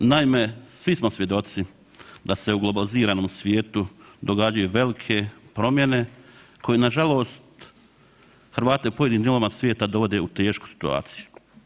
Naime, svi smo svjedoci da se u globaliziranom svijetu događaju velike promjene, koje nažalost, Hrvate u pojedinim dijelovima svijeta dovode u tešku situaciju.